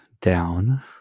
down